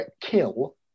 kill